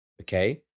Okay